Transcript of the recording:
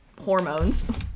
hormones